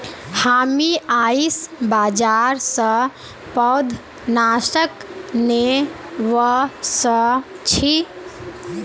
हामी आईझ बाजार स पौधनाशक ने व स छि